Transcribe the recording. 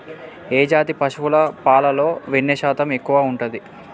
ఏ జాతి పశువుల పాలలో వెన్నె శాతం ఎక్కువ ఉంటది?